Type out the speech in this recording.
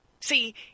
See